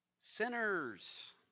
sinners